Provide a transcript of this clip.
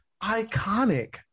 Iconic